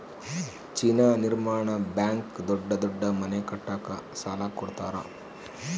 China ನಿರ್ಮಾಣ bank ದೊಡ್ಡ ದೊಡ್ಡ ಮನೆ ಕಟ್ಟಕ ಸಾಲ ಕೋಡತರಾ